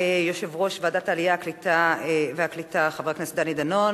יושב-ראש ועדת העלייה והקליטה חבר הכנסת דני דנון.